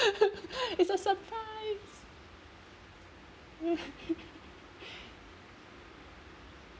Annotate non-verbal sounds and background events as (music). (laughs) it's a surprise (laughs)